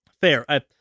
fair